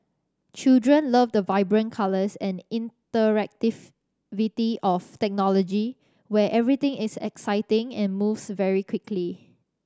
children love the vibrant colours and interactivity of technology where everything is exciting and moves very quickly